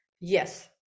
Yes